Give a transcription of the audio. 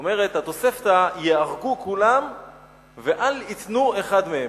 אומרת התוספתא: ייהרגו כולם ואל ייתנו אחד מהם.